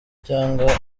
cyangwa